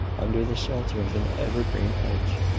under the shelter of an evergreen hedge.